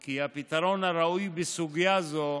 כי הפתרון הראוי בסוגיה זו,